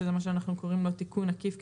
שזה מה שאנחנו קוראים לו תיקון עקיף,